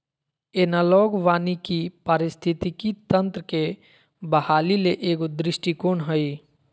analogue वानिकी पारिस्थितिकी तंत्र के बहाली ले एगो दृष्टिकोण हइ